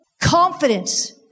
confidence